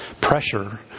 pressure